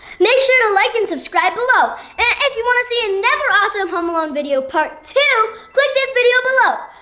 make sure to like and subscribe below and if you want to see another awesome home alone video part two click this video below